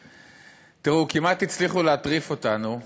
תראו, כמעט הצליחו להטריף אותנו.